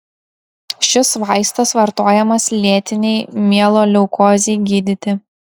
šis vaistas vartojamas lėtinei mieloleukozei gydyti